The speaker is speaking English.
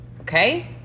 okay